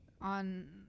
on